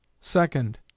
Second